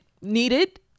needed